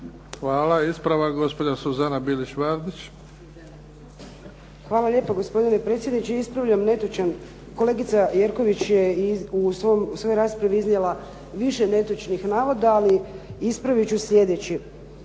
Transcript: **Bilić Vardić, Suzana (HDZ)** Hvala lijepa, gospodine predsjedniče. Ispravljam netočan, kolegica Jerković je u svojoj raspravi iznijela više netočnih navoda, ali ispravit ću sljedeći.